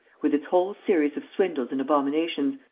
with its whole series of swindles and abominations,